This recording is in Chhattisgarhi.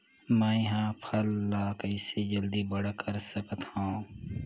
मैं ह फल ला कइसे जल्दी बड़ा कर सकत हव?